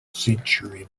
century